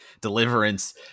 Deliverance